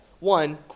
One